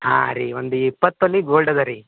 ಹಾಂ ರೀ ಒಂದು ಇಪ್ಪತ್ತು ತೊಲೆ ಗೋಲ್ಡ್ ಅದರಿ